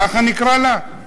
ככה נקרא לה?